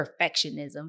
perfectionism